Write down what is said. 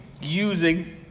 using